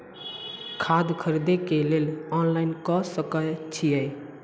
खाद खरीदे केँ लेल ऑनलाइन कऽ सकय छीयै?